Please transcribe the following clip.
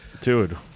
dude